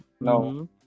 No